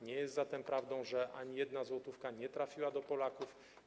Nie jest zatem prawdą, że ani jedna złotówka nie trafiła do Polaków.